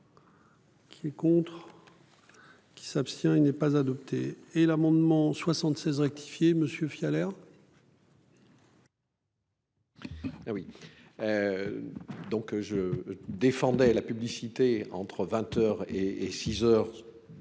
Qui est contre. Qui s'abstient. Il n'est pas adopté et l'amendement 76 rectifié monsieur Fiole air. Ah oui. Donc je défendais la publicité entre 20h et 6h.